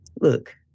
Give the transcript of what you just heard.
Look